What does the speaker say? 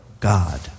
God